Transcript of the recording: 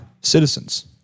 citizens